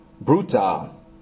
brutal